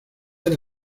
era